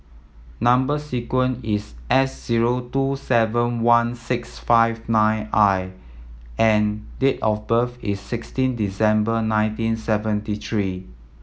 number sequence is S zero two seven one six five nine I and date of birth is sixteen December nineteen seventy three